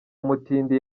umutindi